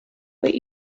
but